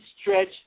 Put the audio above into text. stretch